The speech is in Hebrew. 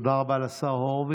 תודה רבה לשר הורוביץ.